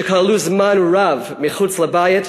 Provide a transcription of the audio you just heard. שכללה זמן רב מחוץ לבית,